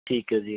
ਠੀਕ ਹੈ ਜੀ